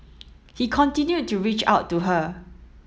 he continued to reach out to her